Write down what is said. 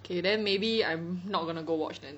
okay then maybe I'm not gonna go watch then